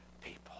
people